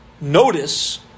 notice